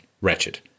wretched